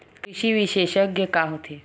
कृषि विशेषज्ञ का होथे?